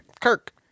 Kirk